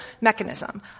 mechanism